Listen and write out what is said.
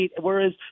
whereas